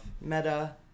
Meta